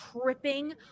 tripping